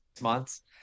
months